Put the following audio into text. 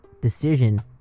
decision